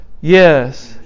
Yes